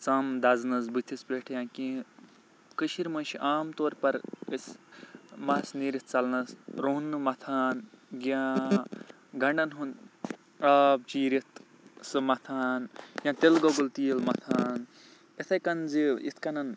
ژَم دَزنَس بٔتِھس پٮ۪ٹھ یا کیٚنٛہہ کٔشیٖرِ منٛز چھِ عام طور پَر أسۍ مَس نیٖرِتھ ژَلنَس رُہُن نہٕ مَتھان یا گَنٛڈَن ہُنٛد آب چیٖرِتھ سُہ مَتھان یا تِلہِ گۅگُل تیٖل مَتھان اِتھٕے کٔنۍ زِ اِتھٕ کٔنَن